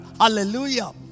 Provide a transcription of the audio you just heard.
Hallelujah